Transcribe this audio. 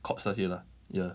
chords 那些 lah ya